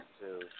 two